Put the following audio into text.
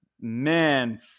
man